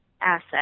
asset